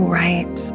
right